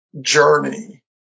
journey